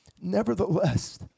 Nevertheless